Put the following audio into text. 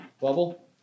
Bubble